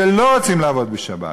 שלא רוצים לעבוד בשבת.